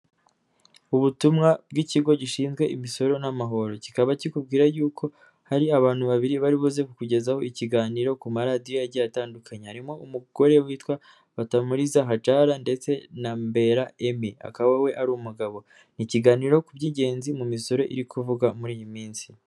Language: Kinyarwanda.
Ubutumwa bw'ikigo gishinzwe imisoro n'amahoro kikaba kikubwira y'uko hari abantu babiri bari buze kukugezaho ikiganiro ku maradiyo agiye atandukanye harimo umugore witwa Batamuriza Hajara ndetse na Mbera Emmy akaba we ari umugabo, ni ikiganiro ku by'ingenzi mu misoro iri kuvuga muri iyi minsi.